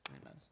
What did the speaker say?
amen